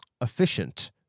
efficient